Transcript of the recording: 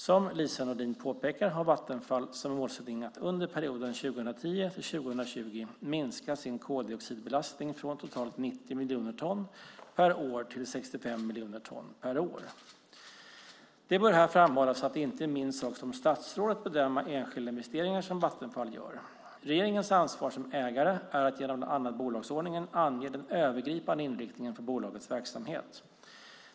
Som Lise Nordin påpekar har Vattenfall som målsättning att under perioden 2010-2020 minska sin koldioxidbelastning från totalt 90 miljoner ton per år till 65 miljoner ton per år. Det bör här framhållas att det inte är min sak som statsråd att bedöma enskilda investeringar som Vattenfall gör. Regeringens ansvar som ägare är att genom bland annat bolagsordningen ange den övergripande inriktningen för bolagets verksamhet.